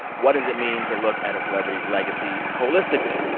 what does it mean to look at a celebrity's legacy holistically?